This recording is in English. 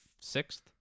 sixth